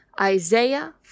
Isaiah